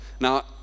Now